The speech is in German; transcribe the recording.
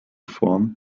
form